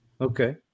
okay